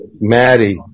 Maddie